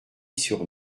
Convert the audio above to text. sur